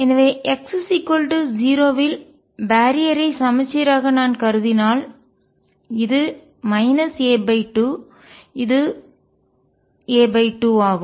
எனவே x 0 வில் barrier யை தடையை சமச்சீராக நான் கருதினால் இது a2 இது a2 ஆகும்